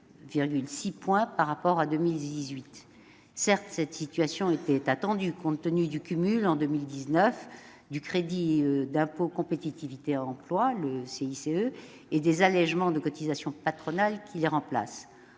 0,6 point par rapport à 2018. Certes, cette situation était attendue compte tenu du cumul, en 2019, du crédit d'impôt pour la compétitivité et l'emploi (CICE) et des allégements des cotisations patronales qui le remplacent.